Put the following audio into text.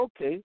Okay